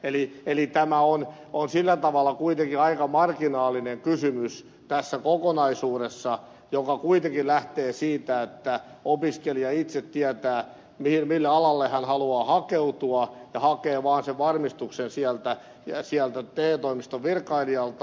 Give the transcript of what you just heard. eli tämä on sillä tavalla kuitenkin aika marginaalinen kysymys tässä kokonaisuudessa joka kuitenkin lähtee siitä että opiskelija itse tietää mille alalle hän haluaa hakeutua ja hakee vaan sen varmistuksen sieltä te toimiston virkailijalta